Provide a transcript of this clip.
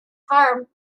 harm